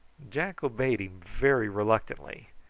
jack obeyed him very reluctantly,